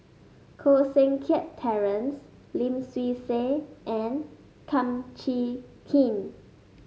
Koh Seng Kiat Terence Lim Swee Say and Kum Chee Kin